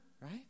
right